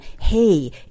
Hey